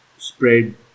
Spread